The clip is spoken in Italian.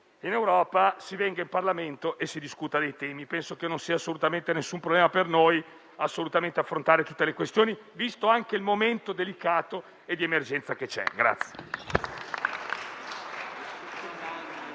europeo si venga in Parlamento e si discuta dei temi in agenda. Penso che non ci sia assolutamente nessun problema per noi ad affrontare tutte le questioni, visto anche il momento delicato e di emergenza che stiamo